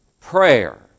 prayer